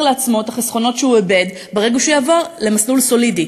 לעצמו את החסכונות שהוא איבד ברגע שהוא יעבור למסלול סולידי.